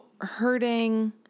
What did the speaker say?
hurting